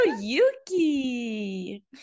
Yuki